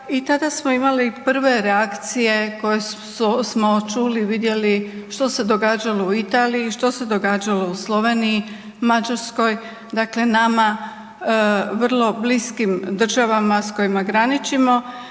i tada smo imali prve reakcije koje smo čuli i vidjeli, što se događalo u Italiji, što se događalo u Sloveniji, Mađarskoj, dakle nama vrlo bliskim državama s kojima graničimo